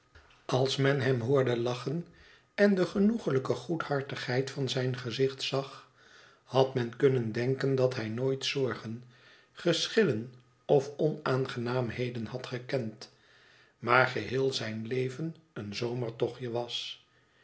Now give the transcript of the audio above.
als men hem hoorde lachen en de genoeglijke goedhartigheid van zijn uitzicht zag had men kunnen denken dat hij nooit zorgen geschillen of onaangenaamheden had gekend maar geheel zijn leven een zomertochtje was